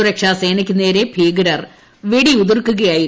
സുരക്ഷാസേനയ്ക്കു നേരെ ഭീകരർ വെടിയുതിർക്കുകയായിരുന്നു